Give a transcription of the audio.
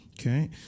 Okay